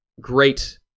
great